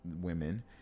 women